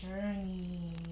journey